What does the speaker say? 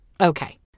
Okay